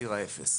ציר האפס.